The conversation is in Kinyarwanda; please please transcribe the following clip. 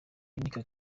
unique